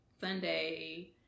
Sunday